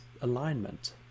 alignment